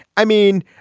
i mean,